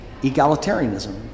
egalitarianism